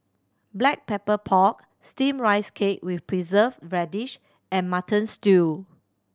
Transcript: Black Pepper Pork Steamed Rice Cake with Preserved Radish and Mutton Stew